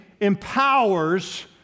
empowers